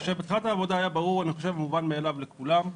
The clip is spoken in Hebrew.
מתחילת העבודה היה ברור וממובן מאליו לכולם: